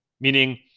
meaning